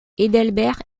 heidelberg